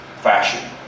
fashion